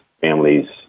families